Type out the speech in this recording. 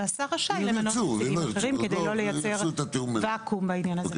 והשר רשאי למנות נציגים אחרים כדי לא לייצר וואקום בעניין הזה.